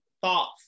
thoughts